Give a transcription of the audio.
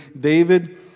David